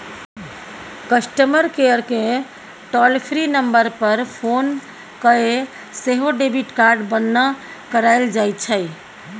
customer केयरकेँ toll free number पर phone कए सेहो डेबिट कार्ड बन्न कराएल जाइ छै